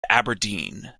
aberdeen